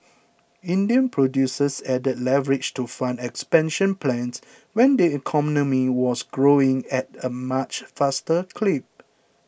Indian producers added leverage to fund expansion plans when the economy was growing at a much faster clip